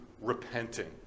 repenting